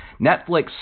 Netflix